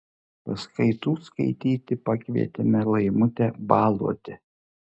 paskaitų skaityti pakvietėme laimutę baluodę